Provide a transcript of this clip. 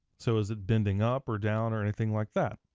so is it bending up, or down, or anything like that?